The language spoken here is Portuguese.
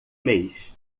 mês